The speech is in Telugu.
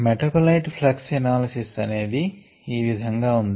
మెటాబోలైట్ ప్లక్స్ ఎనాలిసిస్ అనేది ఈ విధంగా ఉంది